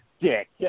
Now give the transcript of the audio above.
dick